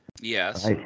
Yes